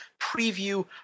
Preview